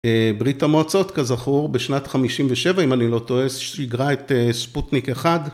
ברית המועצות, כזכור, בשנת 57', אם אני לא טועה, שיגרה את ספוטניק 1.